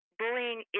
bullying